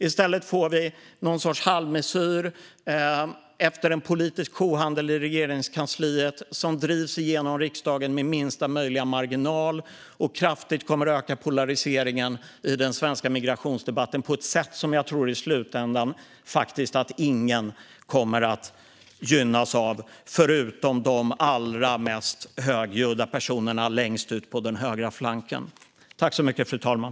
I stället får vi någon sorts halvmesyr efter en politisk kohandel i Regeringskansliet. Denna halvmesyr drivs igenom i riksdagen med minsta möjliga marginal och kommer kraftigt att öka polariseringen i den svenska migrationsdebatten på ett sätt som jag inte tror att någon kommer att gynnas av i slutändan, förutom de allra mest högljudda personerna längst ute på den högra flanken.